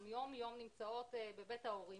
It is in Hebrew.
הן יום יום נמצאות בבית הורים.